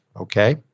Okay